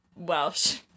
Welsh